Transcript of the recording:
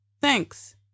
Thanks